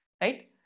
right